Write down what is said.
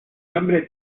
nombre